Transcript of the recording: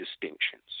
distinctions